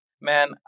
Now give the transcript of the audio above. man